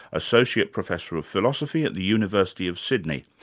associate professor of philosophy at the university of sydney,